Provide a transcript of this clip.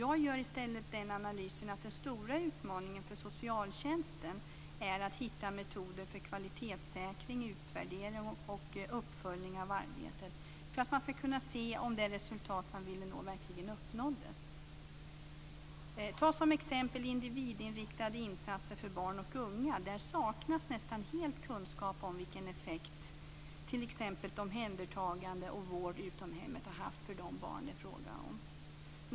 Jag gör i stället analysen att den stora utmaningen för socialtjänsten är att hitta metoder för kvalitetssäkring, utvärdering och uppföljning av arbete för att se om det resultat som skulle uppnås verkligen uppnåddes. Där saknas nästan helt kunskap om vilken effekt t.ex. omhändertagande och vård utom hemmet har haft för de barn det har varit fråga om.